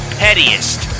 pettiest